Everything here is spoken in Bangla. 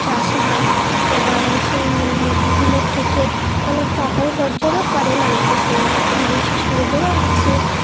চাষও হয় এবং সেই মুরগিগুলোর থেকে অনেক টাকা উপার্জনও করে মামি শাশুড়িরা মামি শাশুড়িদেরও আছে